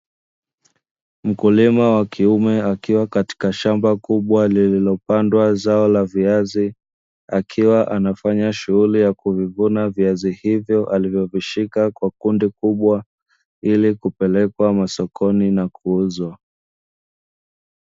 Mkulima wa kiume akiwa katika shamba kubwa lililo pandwa zao la viazi, akiwa anafanya shughuli za kuvivuna viazi hivyo alivyovishika kwa kundi kubwa, ili kupelekwa masokoni na kuuza.